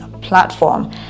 platform